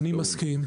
אני מסכים.